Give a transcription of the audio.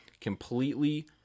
Completely